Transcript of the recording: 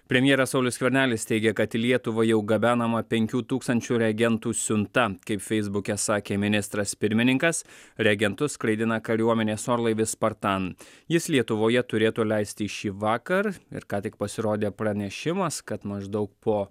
premjeras saulius skvernelis teigia kad į lietuvą jau gabenama penkių tūkstančių reagentų siunta kaip feisbuke sakė ministras pirmininkas reagentus skraidina kariuomenės orlaivis spartan jis lietuvoje turėtų leistis šįvakar ir ką tik pasirodė pranešimas kad maždaug po